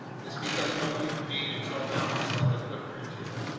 it's because no human being until now has left a footprint here.